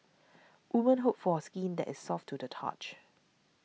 women hope for skin that is soft to the touch